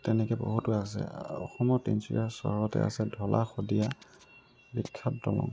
তেনেকৈ বহুতো আছে অসমৰ তিনিচুকীয়া চহৰতে আছে ঢলা সদীয়া বিখ্যাত দলং